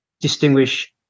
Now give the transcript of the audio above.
distinguish